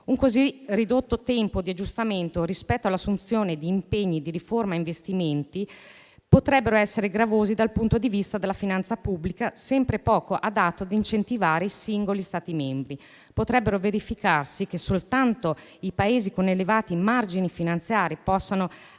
Un così ridotto tempo di aggiustamento rispetto all'assunzione di impegni di riforma e investimenti potrebbe essere gravoso dal punto di vista della finanza pubblica, sempre poco adatto ad incentivare i singoli Stati membri. Potrebbe verificarsi che soltanto i Paesi con elevati margini finanziari riescano